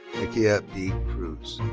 nikia b. crews.